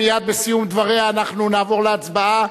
מייד בסיום דבריה אנחנו נעבור להצבעה,